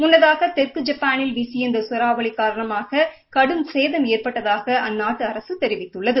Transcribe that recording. முன்னதாக தெற்கு ஜப்பாளின் வீசிய இந்த சூறாவளி காரணமாக கடும் சேதம் ஏற்பட்டதாக அந்நாட்டு அரக தெரிவித்துள்ளது